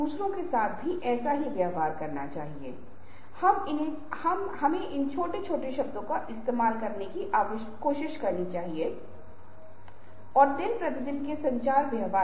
दूसरों का प्रभाव अधिक है और नियोजन प्रणाली लागू है तो समय प्रबंधन एक आवश्यक है